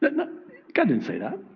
but and god didn't say that.